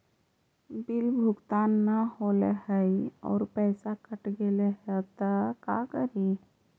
Bill भुगतान न हौले हे और पैसा कट गेलै त का करि?